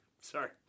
sorry